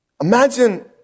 imagine